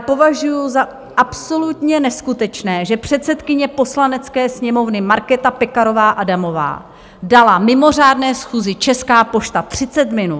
Považuji za absolutně neskutečné, že předsedkyně Poslanecké sněmovny Markéta Pekarová Adamová dala mimořádné schůzi Česká pošta 30 minut.